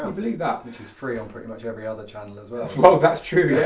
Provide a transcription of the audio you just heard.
ah believe that. which is free on pretty much every other channel as well. oh that's true, yeah.